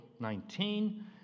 19